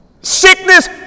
Sickness